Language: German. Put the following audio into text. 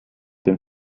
den